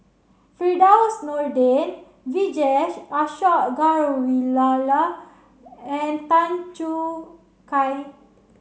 Firdaus Nordin Vijesh Ashok Ghariwala and Tan Choo Kai